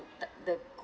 t~ the